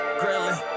grilling